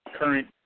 current